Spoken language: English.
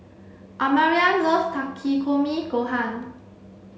Amarion love Takikomi gohan